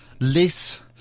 less